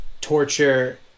torture